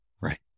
Right